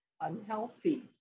unhealthy